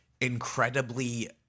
incredibly